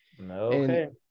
No